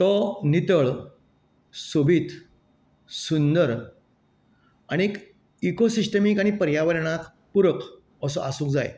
तो नितळ सोबीत सुंदर आनीक इकोसिस्टमीक आनी पर्यावरणाक पुरक असो आसूंक जाय